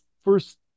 first